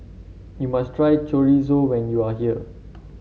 you must try Chorizo when you are here